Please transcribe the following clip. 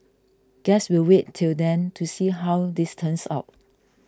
guess we'll wait till then to see how this turns out